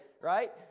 Right